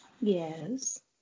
Yes